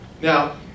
Now